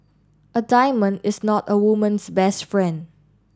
a diamond is not a woman's best friend